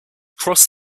cross